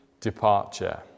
departure